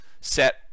set